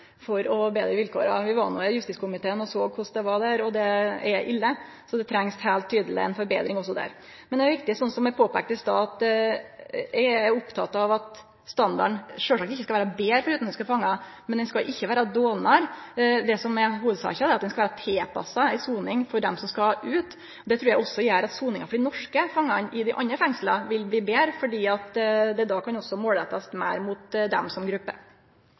for å betre vilkåra der. Justiskomiteen har vore der for å sjå korleis det er der, og det er ille, så det trengst heilt tydeleg ei forbetring der òg. Men det er viktig, som eg påpeika i stad, at standarden sjølvsagt ikkje skal vere betre for utanlandske fangar, men han skal heller ikkje vere dårlegare. Hovudsaka er at det skal vere ei tilpassa soning for dei som skal ut. Det trur eg òg gjer at soninga for dei norske fangane i dei andre fengsla vil bli betre, fordi det då kan rettast meir mot dei som